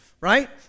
right